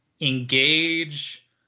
engage